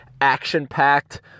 action-packed